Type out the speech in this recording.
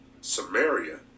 Samaria